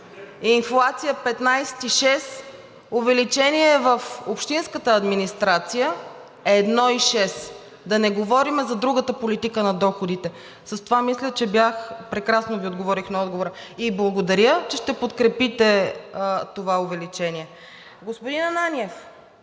инфлацията е 15,6%, а увеличението в общинската администрация е 1,6%, а да не говорим за другата политика на доходите. С това мисля, че прекрасно Ви отговорих и благодаря, че ще подкрепите това увеличение. Господин Ананиев,